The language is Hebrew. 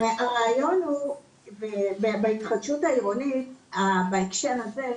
הרעיון הוא בהתחדשות העירונית בהקשר הזה,